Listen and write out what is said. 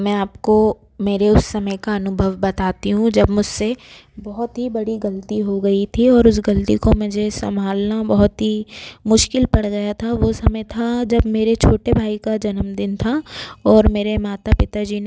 मैं आपको मेरे उस समय का अनुभव बताती हूँ जब मुझसे बहुत ही बड़ी गलती हो गई थी और उस गलती को मुझे सम्भालना बहुत ही मुश्किल पड़ गया था वह समय था जब मेरे छोटे भाई का जन्मदिन था और मेरे माता पिताजी ने मुझे